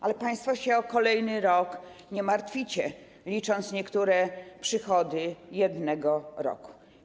Ale państwo o kolejny rok się nie martwicie, licząc niektóre przychody jednego roku.